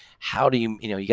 how do you you know, yeah